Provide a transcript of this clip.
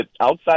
outside